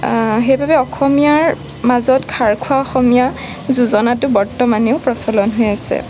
সেইবাবে অসমীয়াৰ মাজত খাৰখোৱা অসমীয়া যোজনাটো বৰ্তমানেও প্ৰচলন হৈ আছে